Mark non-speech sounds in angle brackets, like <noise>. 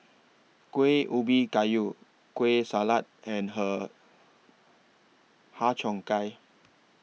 Kueh Ubi Kayu Kueh Salat and <unintelligible> Har Cheong Gai